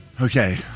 Okay